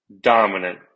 dominant